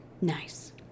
Nice